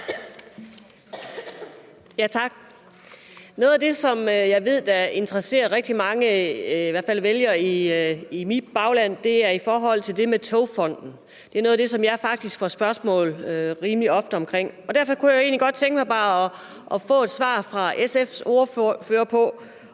(V): Tak. Noget af det, som jeg ved interesserer rigtig mange – i hvert fald vælgere i mit bagland – er det med Togfonden DK. Det er noget af det, som jeg faktisk rimelig ofte får spørgsmål om. Derfor kunne jeg egentlig godt tænke mig bare at få et svar fra SF's ordfører på,